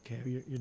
Okay